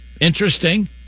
interesting